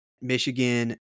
Michigan